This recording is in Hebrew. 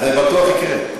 אז זה בטוח יקרה.